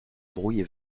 brouille